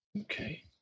Okay